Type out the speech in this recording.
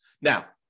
Now